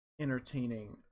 entertaining